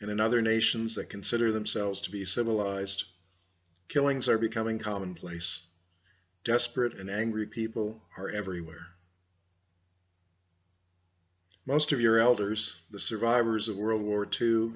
in other nations that consider themselves to be civilized killings are becoming commonplace desperate and angry people are every where most of your elders the survivors of world war two